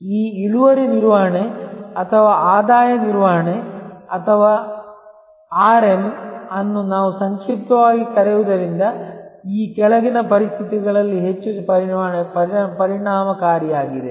ಈ ಇಳುವರಿ ನಿರ್ವಹಣೆ ಅಥವಾ ಆದಾಯ ನಿರ್ವಹಣೆ ಅಥವಾ ಆರ್ಎಂ ಅನ್ನು ನಾವು ಸಂಕ್ಷಿಪ್ತವಾಗಿ ಕರೆಯುವುದರಿಂದ ಈ ಕೆಳಗಿನ ಪರಿಸ್ಥಿತಿಗಳಲ್ಲಿ ಹೆಚ್ಚು ಪರಿಣಾಮಕಾರಿಯಾಗಿದೆ